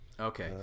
Okay